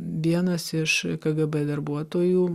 vienas iš kgb darbuotojų